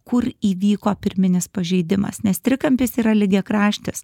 kur įvyko pirminis pažeidimas nes trikampis yra lygiakraštis